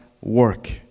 work